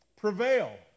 prevail